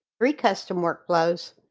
free custom workflows.